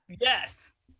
yes